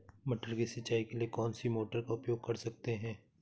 मटर की सिंचाई के लिए कौन सी मोटर का उपयोग कर सकते हैं?